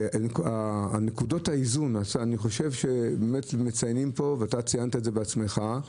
נקודות האיזון, מציינים פה וציינת בעצמך,